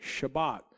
Shabbat